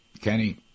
Kenny